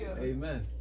Amen